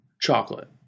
chocolate